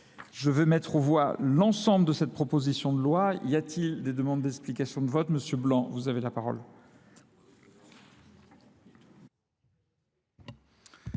Je veux mettre au voix l'ensemble de cette proposition de loi. Y a-t-il des demandes d'explication de vote ? Monsieur Blanc, vous avez la parole.